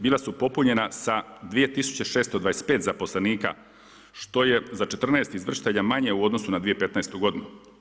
Bila su popunjena sa 2625 zaposlenika, što je za 14 izvršitelja manje u odnosu na 2015. godinu.